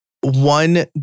One